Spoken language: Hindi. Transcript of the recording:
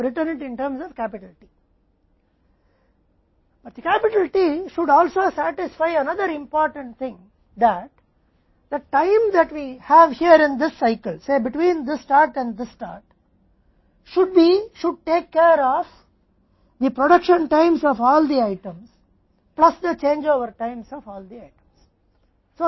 सिवाय इसके कि हमने T के संदर्भ में लिखा है लेकिन T को एक और महत्वपूर्ण बात पर भी संतोष करना चाहिए इस चक्र में हमारे पास जो समय है वह इस बीच है प्रारंभ और यह शुरुआत होनी चाहिए सभी वस्तुओं के उत्पादन के समय और सभी वस्तुओं के बदलाव के समय का ध्यान रखना चाहिए